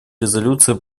резолюции